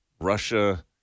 Russia –